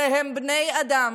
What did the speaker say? אלה הם בני אדם,